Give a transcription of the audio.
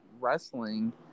wrestling